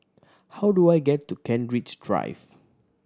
how do I get to Kent Ridge Drive